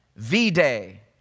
V-Day